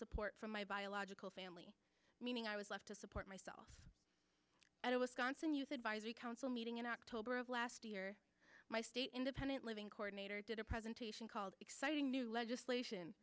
support from my biological family meaning i was left to support myself and it was constant use advisory council meeting in october of last year my state independent living coordinator did a presentation called exciting new legislation